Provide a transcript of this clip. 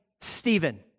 Stephen